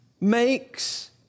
makes